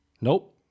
nope